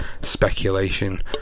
speculation